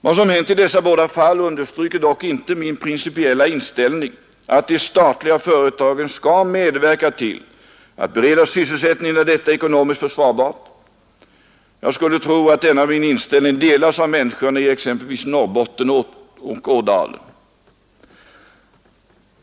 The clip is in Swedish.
Vad som hänt i dessa båda fall undanrycker dock inte min principiella inställning att de statliga företagen skall medverka till att bereda sysselsättning när detta är ekonomiskt försvarbart. Jag skulle tro att denna min inställning delas av människorna i exempelvis Norrbotten och Ådalen.